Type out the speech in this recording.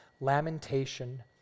lamentation